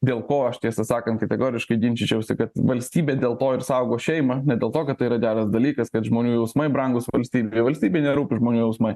dėl ko aš tiesą sakant kategoriškai ginčyčiausi kad valstybė dėl to ir saugo šeimą ne dėl to kad tai yra geras dalykas kad žmonių jausmai brangūs valstybei valstybei nerūpi žmonių jausmai